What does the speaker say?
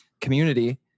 community